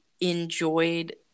enjoyed